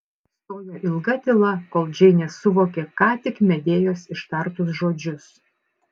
stojo ilga tyla kol džeinė suvokė ką tik medėjos ištartus žodžius